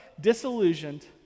disillusioned